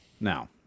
now